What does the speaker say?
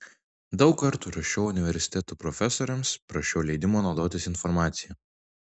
daug kartų rašiau universitetų profesoriams prašiau leidimo naudotis informacija